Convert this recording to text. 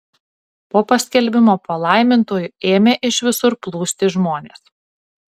po paskelbimo palaimintuoju ėmė iš visur plūsti žmonės